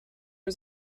was